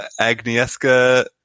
Agnieszka